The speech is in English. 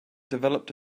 developed